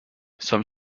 some